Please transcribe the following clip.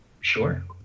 Sure